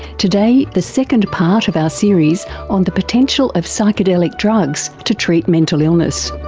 today, the second part of our series on the potential of psychedelic drugs to treat mental illness.